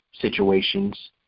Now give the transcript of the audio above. situations